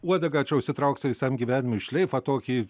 uodegą čia užsitrauksi visam gyvenimui šleifą tokį